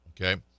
Okay